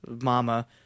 mama